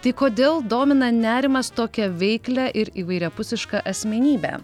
tai kodėl domina nerimas tokią veiklią ir įvairiapusišką asmenybę